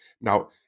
Now